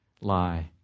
lie